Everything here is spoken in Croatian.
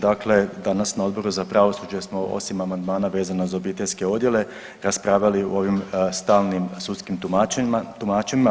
Dakle danas na Odboru za pravosuđe smo, osim amandmana vezano za obiteljske odjele raspravili o ovim stalnim sudskim tumačima.